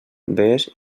vés